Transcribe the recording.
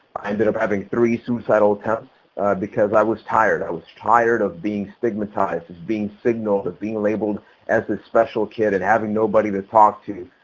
i ended up having three suicidal attempts because i was tired. i was tired of being stigmatized, as being signaled, of being labeled as ah kid and having nobody to talk to.